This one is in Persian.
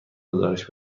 گزارش